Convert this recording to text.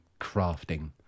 crafting